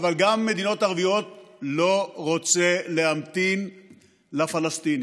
רוצה להמתין לפלסטינים,